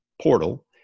portal